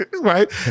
Right